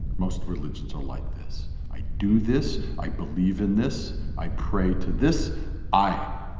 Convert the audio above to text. most religions are like this i do this, i believe in this, i pray to this. i,